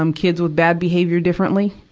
um kids with bad behavior differently,